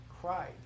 cried